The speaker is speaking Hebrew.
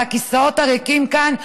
הכיסאות הריקים כאן,